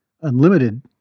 unlimited